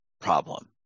problem